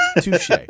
Touche